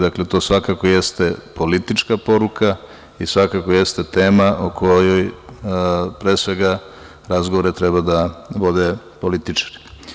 Dakle, to svakako jeste politička poruka i svakako jeste tema o kojoj, pre svega razgovore treba da vode političari.